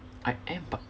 I am but